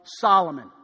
Solomon